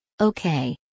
Okay